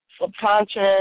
subconscious